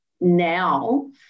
now